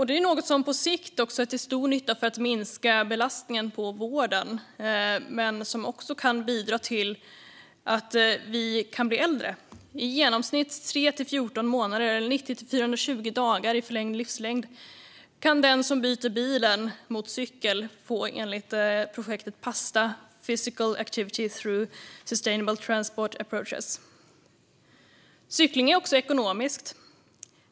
Det är något som på sikt är till stor nytta för att minska belastningen på vården och som kan bidra till att vi kan bli äldre. I genomsnitt 3-14 månader eller 90-420 dagar i förlängd livslängd kan den som byter bilen mot cykeln få enligt projektet PASTA, Physical Activity through Sustainable Transport Approaches. Cykling är också ekonomiskt.